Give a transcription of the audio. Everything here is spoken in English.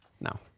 no